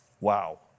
Wow